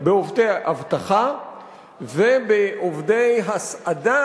בעובדי אבטחה ובעובדי הסעדה,